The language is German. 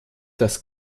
das